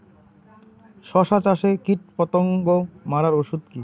শসা চাষে কীটপতঙ্গ মারার ওষুধ কি?